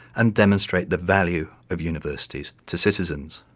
and demonstrate the value of universities to citizens.